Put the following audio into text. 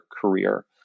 career